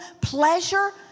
pleasure